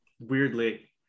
weirdly